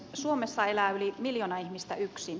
suomessa elää yli miljoona ihmistä yksin